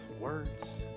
words